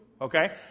Okay